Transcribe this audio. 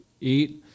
Eat